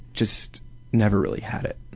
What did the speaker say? just never really had it.